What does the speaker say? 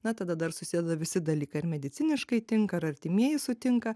na tada dar susideda visi dalykai ar mediciniškai tinka ir artimieji sutinka